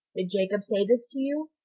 did jacob say this to you?